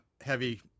heavy